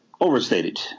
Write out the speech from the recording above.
overstated